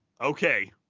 okay